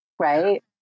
right